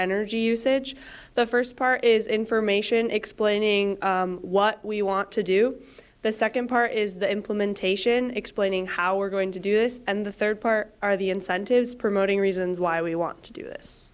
energy usage the first part is information explaining what we want to do the second part is the implementation explaining how we're going to do this and the third part are the incentives promoting reasons why we want to do this